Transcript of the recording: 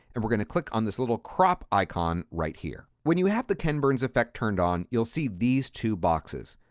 and we're going to click on this little crop icon right here. when you have the ken burns effect turned on, you'll see these two boxes.